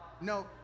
no